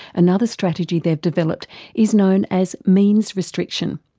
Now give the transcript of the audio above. another strategy they've developed is known as means restriction.